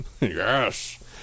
Yes